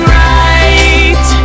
right